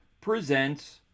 presents